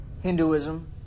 Hinduism